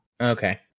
Okay